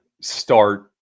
start